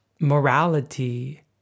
morality